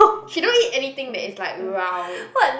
she don't eat anything that is like round